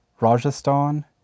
Rajasthan